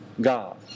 God